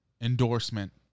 endorsement